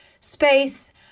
space